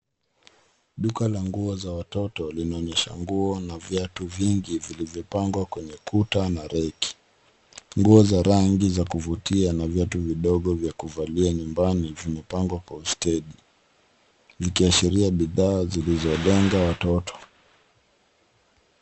Duka la nguo za watoto lina nguo na viatu vingi vilivyopangwa kwenye kuta na rafu. Nguo za rangi za kuvutia na viatu vidogo vya kuvaa nyumbani vimepangwa kwa ustadi. Vinaonyesha bidhaa zilizolengwa kwa watoto.